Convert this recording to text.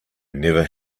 never